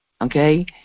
Okay